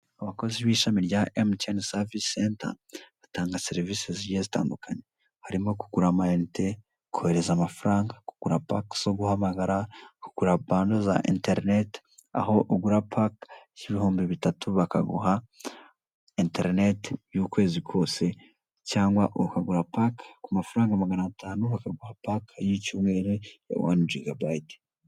Abakozi b'ishami rya Emutiyeni savisi senta, batanga serivisi zigiye zitandukanye. Harimo: kugura amayinite, kohereza amafaranga, kugura pake zo guhamagara, kugura bando za interineti, aho ugura paki y' ibihumbi bitatu bakaguha interineti y' ukwezi kose, cyangwa ukagura pake ku mafaranga magana tanu, bakaguha pake y' icyumweru ya wani gigabayiti.